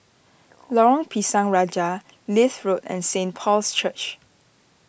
Lorong Pisang Raja Leith Road and Saint Paul's Church